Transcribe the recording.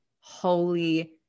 holy